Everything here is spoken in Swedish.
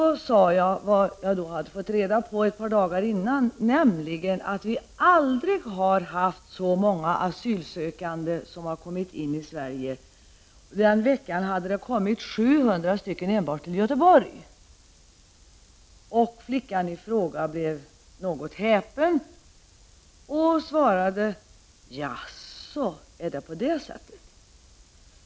Jag berättade då vad jag fått reda på ett par dagar innan, nämligen att vi aldrig haft så många asylsökande som har kommit till Sverige som den veckan då det kommit 700 personer enbart till Göteborg. Flickan i fråga blev något häpen och hon svarade: Jaså, är det på det sättet.